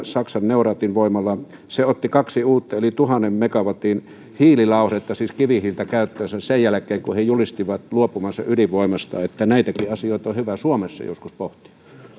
saksan neurathin voimala kolmekymmentäkolme miljoonaa tonnia saksa otti kaksi uutta yli tuhannen megawatin kivihiililauhdelaitosta käyttöönsä sen jälkeen kun he julistivat luopuvansa ydinvoimasta näitäkin asioita on on hyvä suomessa joskus pohtia